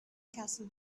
castle